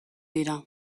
dira